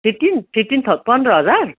fifteen fifteenth पन्ध्र हजार